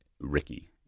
Ricky